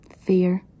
fear